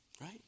right